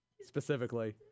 specifically